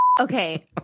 Okay